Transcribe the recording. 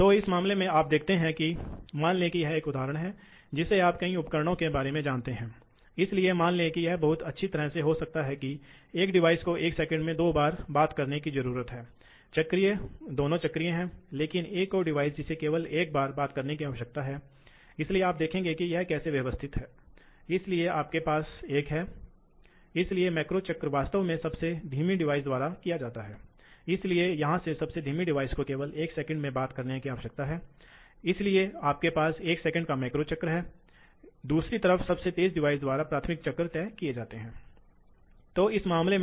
तो इस मामले में फिर से पिछले फैन के मामले में आप डैम्पर डालते हैं पंपों के मामले में आप वाल्व सही डालते हैं नियंत्रण वाल्व जो हम पहले से ही हमारे पहले पाठ में देख चुके हैं इस तरह का जब आप वाल्व बंद करते हैं आमतौर पर थ्रॉटलिंग को सही कहा जाता है इसलिए यह दिखाता है ऑपरेटिंग पॉइंट कैसे शिफ्ट होता है अगर आपके पास एक सिस्टम है जो ओपन है एक सिस्टम जो एक और सिस्टम को ओपन करता है जो थ्रॉटल है तो फिर से आप देखते हैं कि लोड वक्र में बदलाव होता है और ऑपरेटिंग पॉइंट इस से इस राइट पर शिफ्ट होंगे तो वही बात यहाँ होती है